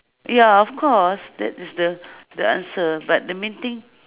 ya of course that is the the answer but the main thing